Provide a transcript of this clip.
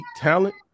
talent